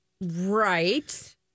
Right